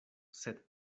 sed